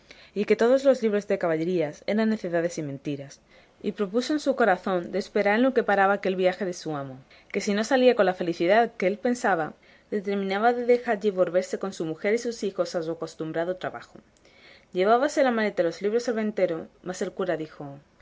y que todos los libros de caballerías eran necedades y mentiras y propuso en su corazón de esperar en lo que paraba aquel viaje de su amo y que si no salía con la felicidad que él pensaba determinaba de dejalle y volverse con su mujer y sus hijos a su acostumbrado trabajo llevábase la maleta y los libros el ventero mas el cura le dijo